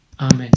Amen